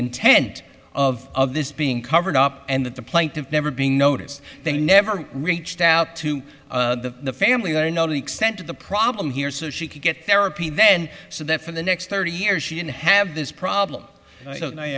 intent of this being covered up and that the plaintiffs never being noticed they never reached out to the family that i know the extent of the problem here so she could get therapy then so that for the next thirty years she didn't have this problem and i